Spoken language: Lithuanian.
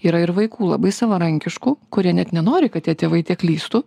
yra ir vaikų labai savarankiškų kurie net nenori kad tie tėvai tiek lįstų